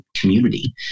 community